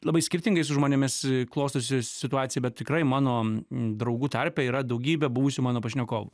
labai skirtingai su žmonėmis klostosi situacija bet tikrai mano draugų tarpe yra daugybė buvusių mano pašnekovų